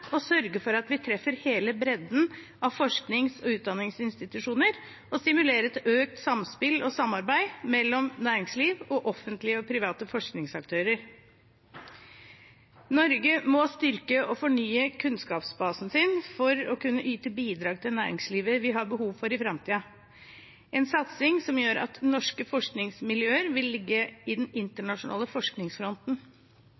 sørge for at vi treffer hele bredden av forsknings- og utdanningsinstitusjoner, og stimulere til økt samspill og samarbeid mellom næringsliv og offentlige og private forskningsaktører. Norge må styrke og fornye kunnskapsbasen sin for å kunne yte bidrag til det næringslivet vi har behov for i framtiden – en satsing som gjør at norske forskningsmiljøer vil ligge i den